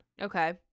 Okay